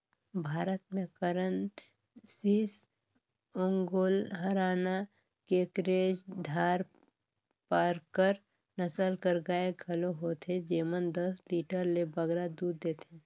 भारत में करन स्विस, ओंगोल, हराना, केकरेज, धारपारकर नसल कर गाय घलो होथे जेमन दस लीटर ले बगरा दूद देथे